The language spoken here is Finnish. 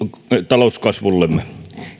talouskasvullemme